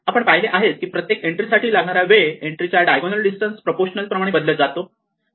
आपण पाहिले आहेच की प्रत्येक एन्ट्री साठी लागणारा वेळ एन्ट्री च्या डायगोनल डिस्टन्स प्रोपोशनल प्रमाणे बदलत जातो